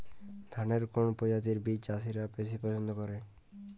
ধানের কোন প্রজাতির বীজ চাষীরা বেশি পচ্ছন্দ করে?